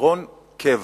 לפתרון קבע